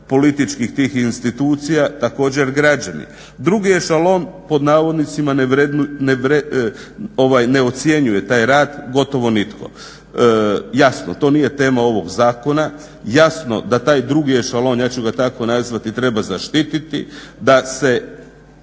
političkih tih institucija također građani. Drugi ešalon pod navodnicima ne ocjenjuje taj rad gotovo nitko. Jasno to nije tema ovog zakona, jasno da taj drugi ešalon ja ću ga tako nazvati treba zaštititi, da se